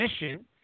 mission